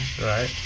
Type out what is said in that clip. Right